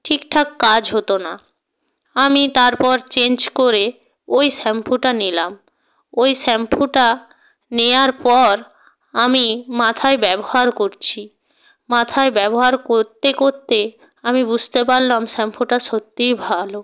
ঠিকঠাক কাজ হতো না আমি তারপর চেঞ্জ করে ওই শ্যাম্পুটা নিলাম ওই শ্যাম্পুটা নেওয়ার পর আমি মাথায় ব্যবহার করছি মাথায় ব্যবহার করতে করতে আমি বুঝতে পারলাম শ্যাম্পুটা সত্যিই ভালো